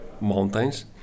mountains